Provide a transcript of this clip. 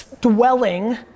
dwelling